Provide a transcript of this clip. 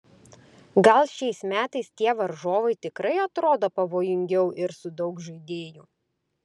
gal šiais metais tie varžovai tikrai atrodo pavojingiau ir su daug žaidėjų